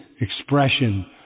expression